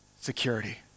security